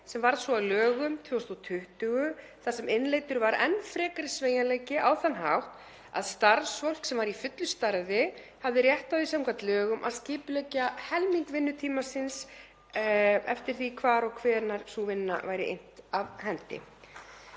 sem varð svo að lögum 2020 þar sem innleiddur var enn frekari sveigjanleiki á þann hátt að starfsfólk sem var í fullu starfi hafði rétt á því samkvæmt lögum að skipuleggja helming vinnutíma síns eftir því hvar og hvenær sú vinna væri innt af hendi.